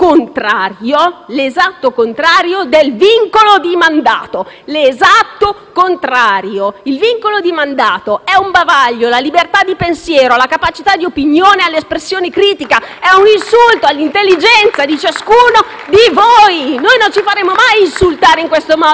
Il vincolo di mandato è un bavaglio alla libertà di pensiero, alla capacità di opinione, all'espressione critica: è un insulto all'intelligenza di ciascuno di voi. *(Applausi dal Gruppo FI-BP)*. Noi non ci faremmo mai insultare in questo modo, ma voi sì e le votate anche, queste cavolate immense. È inaccettabile!